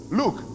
look